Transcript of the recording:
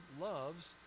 loves